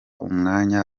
umwanya